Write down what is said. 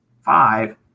five